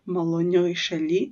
malonioj šaly